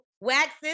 waxes